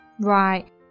Right